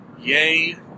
Yay